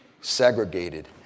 segregated